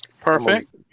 Perfect